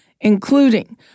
including